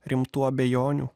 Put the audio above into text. rimtų abejonių